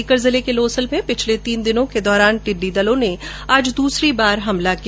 सीकर जिले के लोसल में पिछले तीन दिनों के दौरान टिड्डी दलों ने आज दूसरी बार हमला किया